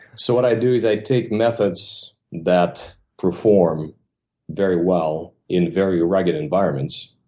so what i do is i take methods that perform very well in very rugged environments,